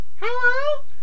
hello